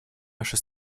наша